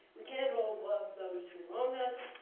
we can't all love those who wrong us,